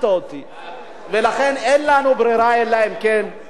ואין לנו ברירה, אם כן, אלא ללכת ולהצביע.